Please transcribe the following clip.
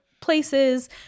places